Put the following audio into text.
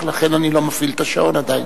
ולכן אני לא מפעיל עדיין את השעון.